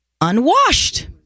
unwashed